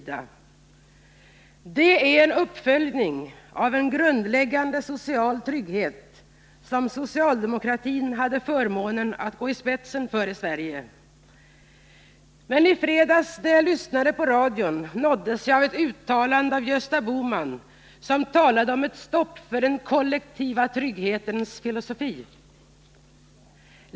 Det är en uppföljning av den grundläggande sociala trygghet som socialdemokratin har gått i spetsen för i Sverige. Men när jag lyssnade på radion i fredags nåddes jag av ett uttalande av Gösta Bohman, som talade om ett stopp för den kollektiva trygghetens filosofi.